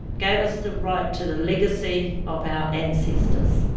gave us the right to the legacy of our ancestors.